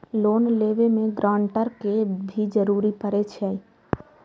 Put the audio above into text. Loan लेबे में grantor के भी जरूरी परे छै?